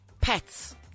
pets